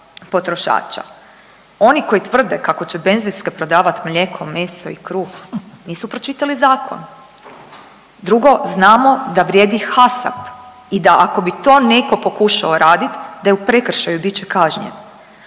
Oni koji tvrde kako će benzinske prodavati mlijeko, meso i kruh nisu pročitali zakon. Drugo, znamo da vrijedi HASAP i da ako bi to netko pokušao raditi da je u prekršaju, bit će kažnjen.